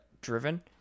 driven